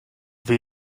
wie